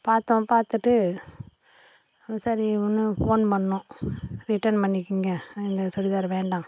பார்த்தோம் பார்த்துட்டு சரி ஒன்று ஃபோன் பண்ணினோம் ரிட்டன் பண்ணிக்குங்க இந்த சுடிதார் வேண்டாம்